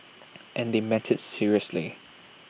and they meant IT seriously